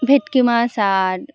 ভেটকি মাছ আর